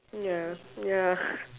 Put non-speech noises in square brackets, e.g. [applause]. ya ya [laughs]